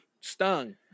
stung